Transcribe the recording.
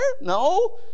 no